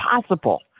possible